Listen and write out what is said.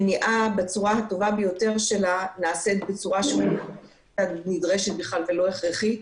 מניעה בצורה הטובה ביותר שלה נעשית בצורה הנדרשת בכלל ולא הכרחית.